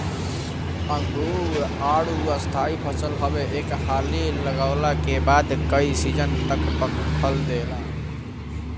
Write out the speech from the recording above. अंगूर, आडू स्थाई फसल हवे एक हाली लगवला के बाद कई सीजन तक फल देला